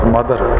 Mother